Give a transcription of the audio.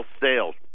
sales